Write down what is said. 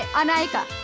um anaika